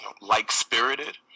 like-spirited